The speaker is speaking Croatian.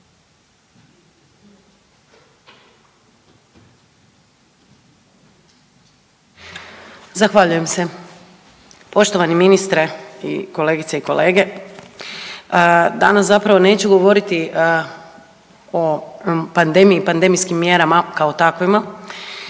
Zahvaljujem se. Poštovani ministre i kolegice i kolege. Danas zapravo neću govoriti o pandemiji i pandemijskim mjerama kao takvima